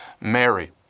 Mary